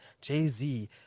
Jay-Z